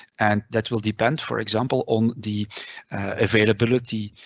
and that will depend, for example, on the availability,